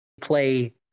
play